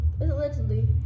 Allegedly